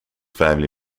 family